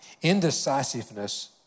indecisiveness